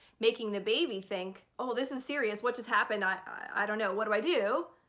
making the baby think oh, this is serious, what just happened? i don't know what do i do?